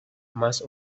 más